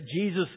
Jesus